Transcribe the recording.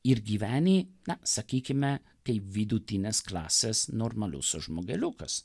ir gyveni na sakykime kaip vidutinės klasės normalus žmogeliukas